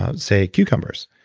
ah say cucumbers.